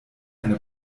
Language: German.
eine